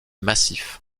massif